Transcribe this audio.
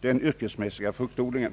den yrkesmässiga fruktodlingen.